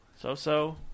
so-so